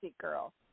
girl